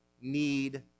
need